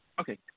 Okay